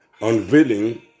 Unveiling